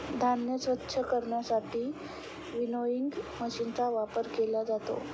धान्य स्वच्छ करण्यासाठी विनोइंग मशीनचा वापर केला जातो